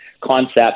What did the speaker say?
concept